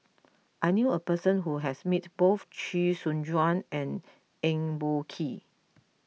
I knew a person who has met both Chee Soon Juan and Eng Boh Kee